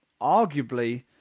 arguably